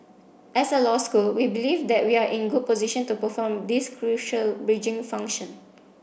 as a law school we believe that we are in a good position to perform this crucial bridging function